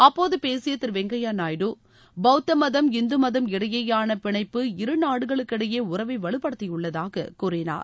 அப்போது பேசிய திரு வெங்கைய நாயுடு பவுத்த மதம் இந்து மதம் இடையேயான பிணைப்பு இரு நாடுகளுக்கு இடையே உறவை வலுப்படுத்தியுள்ளதாக கூறினார்